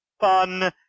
fun